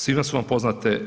Svima su vam poznate